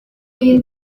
iyi